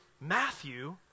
Matthew